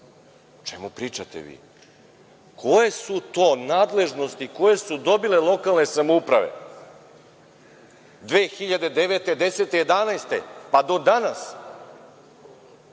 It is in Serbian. čemu pričate vi? Koje su to nadležnosti koje su dobile lokalne samouprave 2009, 2010, 2011. godine pa do danas,